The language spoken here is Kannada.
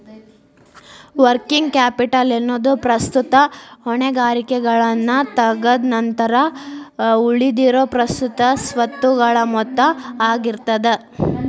ವರ್ಕಿಂಗ್ ಕ್ಯಾಪಿಟಲ್ ಎನ್ನೊದು ಪ್ರಸ್ತುತ ಹೊಣೆಗಾರಿಕೆಗಳನ್ನ ತಗದ್ ನಂತರ ಉಳಿದಿರೊ ಪ್ರಸ್ತುತ ಸ್ವತ್ತುಗಳ ಮೊತ್ತ ಆಗಿರ್ತದ